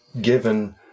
given